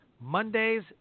Mondays